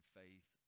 faith